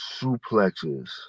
suplexes